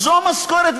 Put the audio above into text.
זו משכורת.